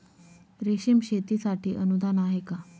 रेशीम शेतीसाठी अनुदान आहे का?